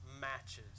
matches